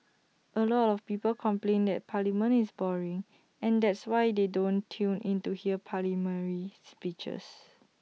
A lot of people complain that parliament is boring and that's why they don't tune in to hear parliamentary speeches